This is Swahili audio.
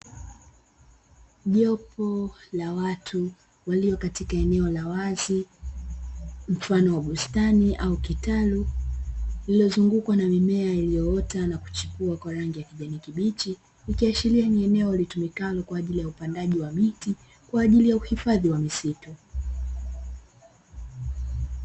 Jopo la watu walio katika eneo la wazi mfano wa bustani au kitalu, lililozungukwa na mimea iliyoota au kuchipua kwa rangi ya kijani kibichi ikiashiria ni eneo litumikalo kwa ajili ya upandaji wa miti kwa ajili ya uhifadhi wa misitu.